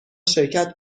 شرکت